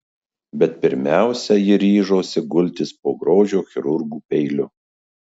bet pirmiausia ji ryžosi gultis po grožio chirurgų peiliu